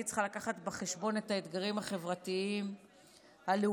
צריכה לקחת בחשבון את האתגרים החברתיים הלאומיים,